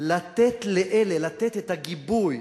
לתת לאלה, לתת את הגיבוי.